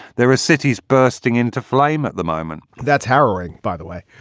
there are cities bursting into flame at the moment that's harrowing, by the way.